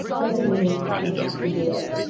doesn't mean you have to do it.